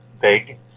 big